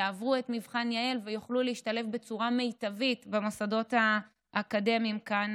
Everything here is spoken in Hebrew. יעברו את מבחן יע"ל ויוכלו להשתלב בצורה מיטבית במוסדות האקדמיים כאן,